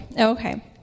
Okay